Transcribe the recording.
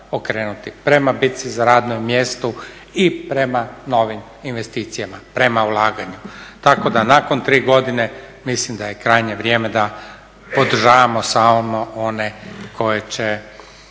prema bitci za radno mjesto i prema novim investicijama, prema ulaganju. Tako da nakon tri godine mislim da je krajnje vrijeme da podržavamo samo one koje će